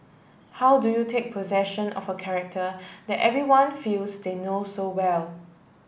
how do you take possession of a character that everyone feels they know so well